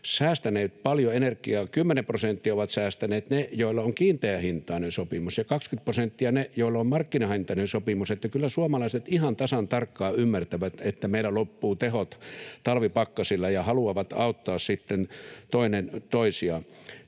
säästäneet paljon energiaa: 10 prosenttia ovat säästäneet ne, joilla on kiinteähintainen sopimus, ja 20 prosenttia ne, joilla on markkinahintainen sopimus. Eli kyllä suomalaiset ihan tasan tarkkaan ymmärtävät, että meillä loppuvat tehot talvipakkasilla, ja haluavat auttaa sitten toinen